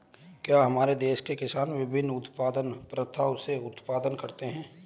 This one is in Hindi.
क्या हमारे देश के किसान विभिन्न उत्पादन प्रथाओ से उत्पादन करते हैं?